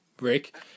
Rick